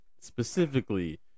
specifically